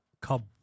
Cub